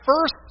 first